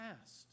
past